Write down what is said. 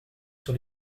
sur